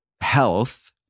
health